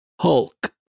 Hulk